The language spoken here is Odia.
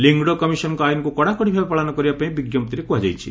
ଲିଙ୍ଗ୍ ଆଇନକୁ କଡ଼ାକଡ଼ି ଭାବେ ପାଳନ କରିବା ପାଇଁ ବିଙ୍କପ୍ତିରେ କୁହାଯାଇଛି